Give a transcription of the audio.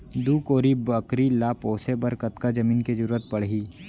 दू कोरी बकरी ला पोसे बर कतका जमीन के जरूरत पढही?